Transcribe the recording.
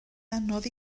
anodd